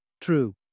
True